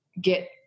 get